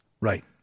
Right